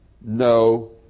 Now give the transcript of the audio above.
no